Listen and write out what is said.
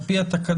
על פי התקנות,